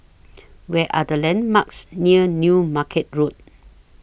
Where Are The landmarks near New Market Road